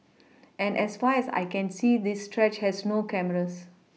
and as far as I can see this stretch has no cameras